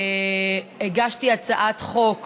הגשתי הצעת חוק